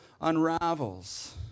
unravels